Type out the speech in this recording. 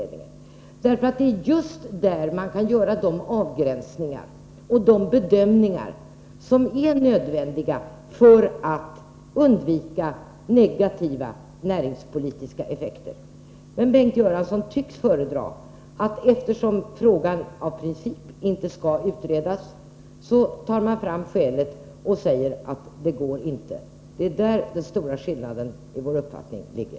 Det är nämligen just där man kan göra de avgränsningar och de bedömningar som är nödvändiga för att undvika negativa näringspolitiska effekter. Men Bengt Göransson tycks föredra, eftersom frågan av princip inte skall utredas, att säga att det inte går. Det är där den stora skillnaden mellan våra uppfattningar ligger.